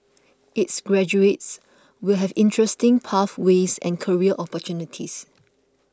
its graduates will have interesting pathways and career opportunities